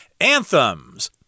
anthems